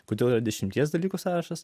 kodėl yra dešimties dalykų sąrašas